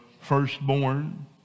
firstborn